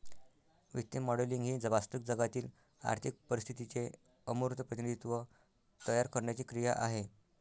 वित्तीय मॉडेलिंग ही वास्तविक जगातील आर्थिक परिस्थितीचे अमूर्त प्रतिनिधित्व तयार करण्याची क्रिया आहे